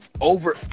over